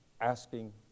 asking